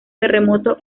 terremoto